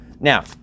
Now